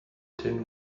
tin